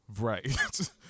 Right